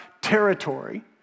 territory